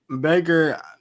Baker